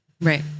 Right